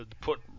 put